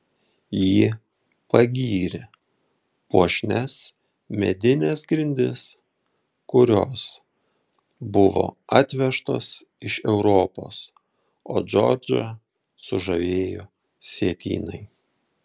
ji pagyrė puošnias medines grindis kurios buvo atvežtos iš europos o džordžą sužavėjo sietynai